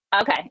Okay